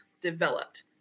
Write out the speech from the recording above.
developed